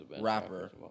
rapper